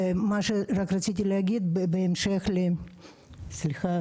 בהמשך למה שדודי